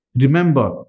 Remember